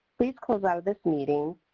please close out of this meeting,